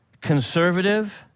conservative